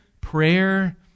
prayer